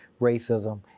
racism